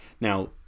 now